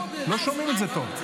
לא שומעים את זה טוב.